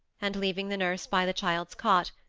and, leaving the nurse by the child's cot,